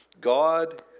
God